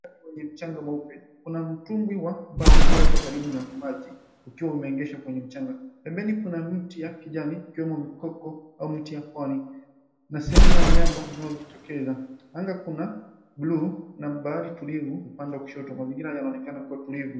Ufukwe wenye mchanga mweupe kuna mtumbwi wa mbao uliowekwa karibu na maji ukiwa umeegeshwa kwenye mchanga. Pembeni kuna miti ya kijani ikiwemo mikoko au miti ya pwani na sehemu ya miamba inayotokeza. Anga kuna bluu na bahari tulivu upande wa kushoto. Mazingira yanaonekana kuwa tulivu.